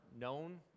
known